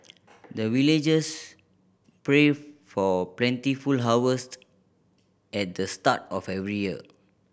the villagers pray for plentiful harvest at the start of every year